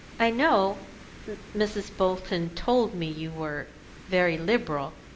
i know mrs. bolton told me you were very liberal,